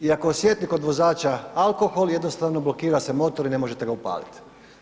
I ako osjeti kod vozača alkohol, jednostavno blokira se motor i ne možete ga upaliti.